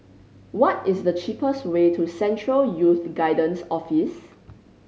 what is the cheapest way to Central Youth Guidance Office